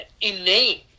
inane